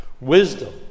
wisdom